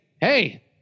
hey